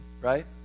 right